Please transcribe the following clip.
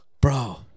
Bro